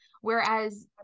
whereas